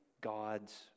God's